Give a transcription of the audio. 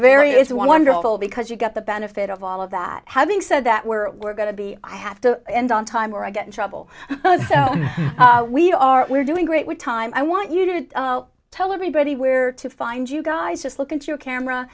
very it's wonderful because you get the benefit of all of that having said that we're we're going to be i have to end on time or i get in trouble we are we're doing great with time i want you to tell everybody where to find you guys just look at your camera